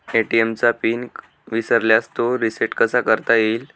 ATM चा PIN विसरल्यास तो रिसेट कसा करता येईल?